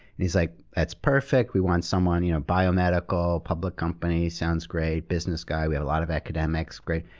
and he's like, that's perfect. we want someone you know biomedical, public company. sounds great. business guy. we have a lot of academics. great.